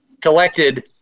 collected